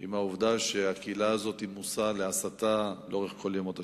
עם העובדה שהקהילה הזאת היא מושא להסתה כל ימות השנה.